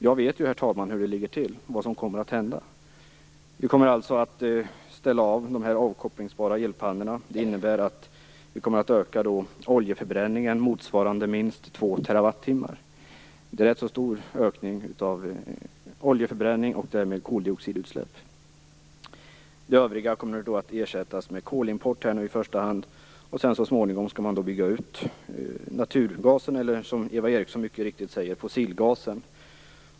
Jag vet ju, herr talman, hur det ligger till och vad som kommer att hända. Vi kommer att ställa av de avkopplingsbara elpannorna. Det innebär att vi kommer att öka oljeförbränningen motsvarande minst två terawattimmar. Det är en rätt stor ökning av oljeförbränningen och därmed koldioxidutsläppen. Det övriga kommer i första hand att ersättas med kolimport. Och så småningom skall man bygga ut naturgasen eller, som Eva Eriksson mycket riktigt säger, fossilgasen.